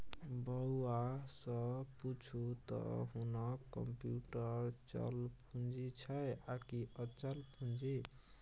बौआ सँ पुछू त हुनक कम्युटर चल पूंजी छै आकि अचल पूंजी